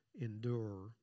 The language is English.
endure